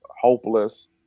hopeless